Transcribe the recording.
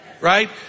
Right